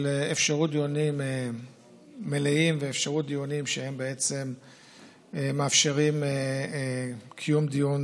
האפשרות לדיונים מלאים ואפשרות קיום דיון